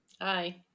Hi